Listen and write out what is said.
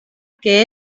que